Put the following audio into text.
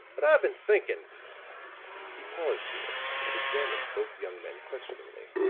but i've been thinking he paused here and examined both young men questioningly.